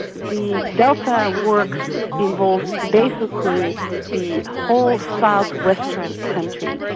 the delta works involve basically the whole south-western country.